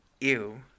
Ew